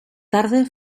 tarde